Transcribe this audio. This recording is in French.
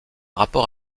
rapport